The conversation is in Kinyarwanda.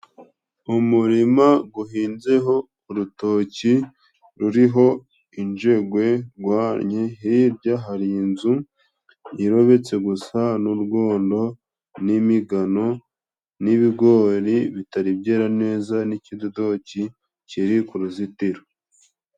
Umurima guhinzeho urutoki ruriho injegwe ngwanyi, hirya hari inzu yorobetse gusa n'urwondo n'migano n'ibigori bitari byera neza n'ikidodoki kiri ku ruzitiro.